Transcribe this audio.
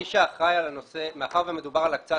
מי שאחראי על הנושא מאחר ומדובר על הקצאת